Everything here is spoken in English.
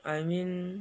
I mean